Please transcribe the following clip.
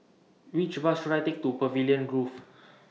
Which Bus should I Take to Pavilion Grove